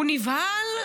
הוא נבהל,